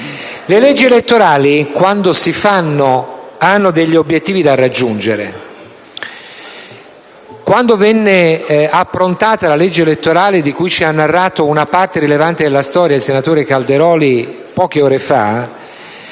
Le leggi elettorali, quando si fanno, hanno degli obiettivi da raggiungere. Quando venne approntata la legge elettorale, di cui ci ha narrato una parte rilevante della storia il senatore Calderoli poche ore fa,